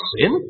sin